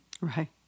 Right